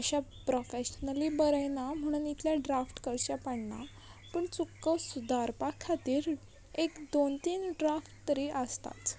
अशें प्रोफेशनली म्हणून इतलें ड्राफ्ट करचें पडटा पूण चुकोन सुदारपा खातीर एक दोन तीन ड्राफ्ट तरी आसताच